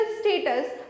status